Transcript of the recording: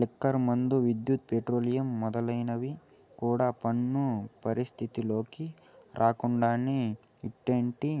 liquor మందు, విద్యుత్, petroleum మొదలైనవి కూడా పన్ను పరిధిలోకి రాకుండానే ఇట్టుంటే